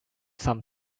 some